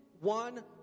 one